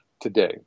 today